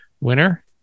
winner